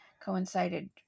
coincided